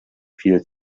viel